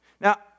Now